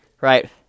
right